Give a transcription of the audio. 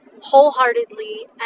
wholeheartedly